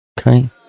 Okay